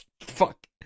fuck